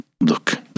look